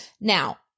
Now